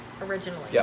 originally